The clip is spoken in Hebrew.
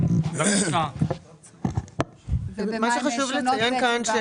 ובמה הן שונות --- מה שחשוב לציין כאן זה